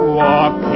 walk